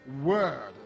word